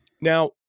Now